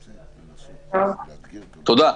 תודה.